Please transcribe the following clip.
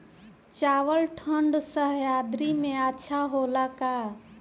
चावल ठंढ सह्याद्री में अच्छा होला का?